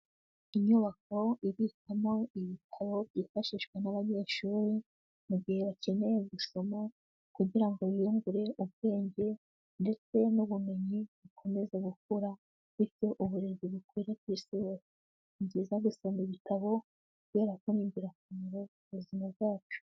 Inyubako ibikwamo ibitabo byifashishwa n'abanyeshuri mu gihe bakeneye gusoma kugira ngo biyungure ubwenge ndetse n'ubumenyi bukomeze gukura, bityo uburezi bukwire ku isi hose, ni byiza gusoma ibitabo, kubera ko ni ingirakamaro ku buzima bwacu.